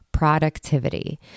productivity